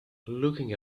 looking